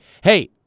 hey